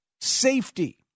safety